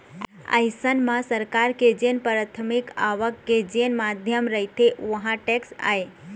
अइसन म सरकार के जेन पराथमिक आवक के जेन माध्यम रहिथे ओहा टेक्स आय